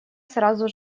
сразу